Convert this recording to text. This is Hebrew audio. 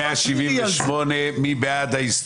נעבור להצביע על הסתייגות 178. מי בעד?